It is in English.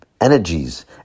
energies